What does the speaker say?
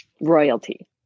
Royalty